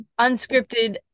unscripted